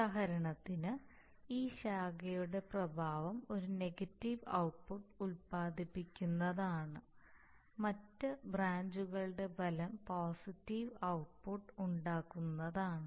ഉദാഹരണത്തിന് ഈ ശാഖയുടെ പ്രഭാവം ഒരു നെഗറ്റീവ് ഔട്ട്പുട്ട് ഉൽപാദിപ്പിക്കുന്നതാണ് മറ്റ് ബ്രാഞ്ചുകളുടെ ഫലം പോസിറ്റീവ് ഔട്ട്പുട്ട് ഉണ്ടാക്കുന്നതാണ്